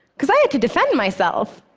because i had to defend myself,